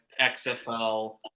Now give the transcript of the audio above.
XFL